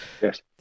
Yes